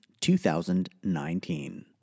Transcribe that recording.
2019